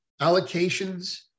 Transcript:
allocations